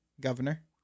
Governor